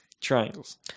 Triangles